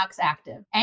Active